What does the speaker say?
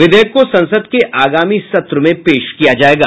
विधेयक को संसद के आगामी सत्र में पेश किया जाएगा